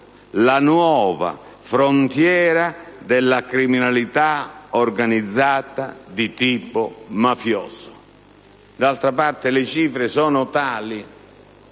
la nuova frontiera della criminalità organizzata di tipo mafioso.